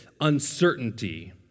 uncertainty